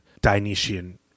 Dionysian